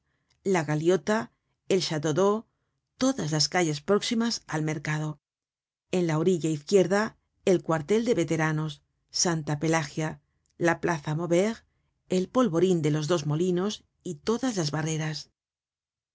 la galiota el chateau deau todas las calles próximas al mercado en la orilla izquierda el cuartel de veteranos santa pelagia la plaza maubert el polvorin de los dos molinos y todas las barreras